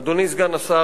אדוני סגן השר,